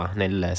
nel